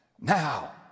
Now